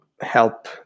help